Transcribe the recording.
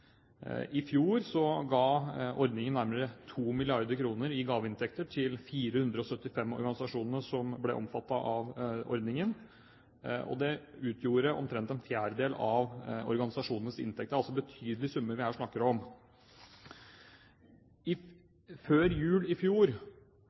I fjor ga ordningen nærmere 2 mrd. kr i gaveinntekter til de 475 organisasjonene som ble omfattet av ordningen, og det utgjorde omtrent en fjerdedel av organisasjonenes inntekter. Det er altså betydelige summer vi her snakker om. Før jul i